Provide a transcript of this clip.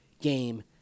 game